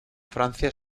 francia